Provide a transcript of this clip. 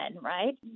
right